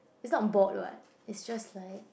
it's not on board right it's just like